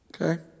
okay